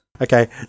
Okay